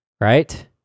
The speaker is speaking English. right